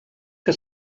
que